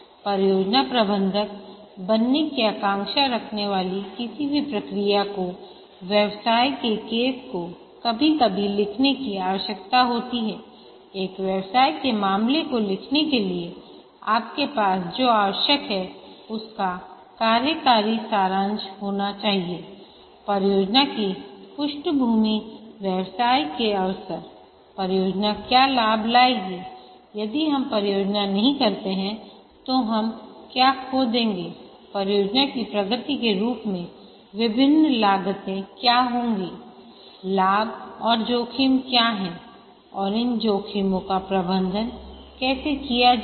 परियोजना प्रबंधक बनने की आकांक्षा रखने वाली किसी भी प्रक्रिया को व्यवसाय के केसको कभी कभी लिखने की आवश्यकता होती है एक व्यवसाय के मामले को लिखने के लिए आपके पास जो आवश्यक है उसका कार्यकारी सारांश होना चाहिएपरियोजना की पृष्ठभूमि व्यवसाय के अवसर परियोजना क्या लाभ लाएगीयदि हम परियोजना नहीं करते हैं तो हम क्या खो देंगेपरियोजना की प्रगति के रूप में विभिन्न लागतें क्या होंगीलाभ और जोखिम क्या हैं और इन जोखिमों का प्रबंधन कैसे किया जाएगा